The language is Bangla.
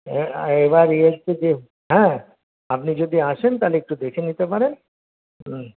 এবার নিয়ে এসেছে যে হ্যাঁ আপনি যদি আসেন তাহলে একটু দেখে নিতে পারেন হুম